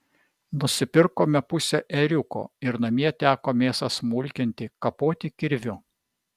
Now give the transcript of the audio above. nusipirkome pusę ėriuko ir namie teko mėsą smulkinti kapoti kirviu